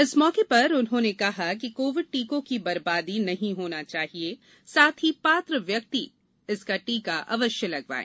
इस मौके पर उन्होंने कहा कि कोविड टीकों की बरबादी नहीं होना चाहिये साथ ही पात्र व्यक्ति इसका टीका अवश्य लगवाए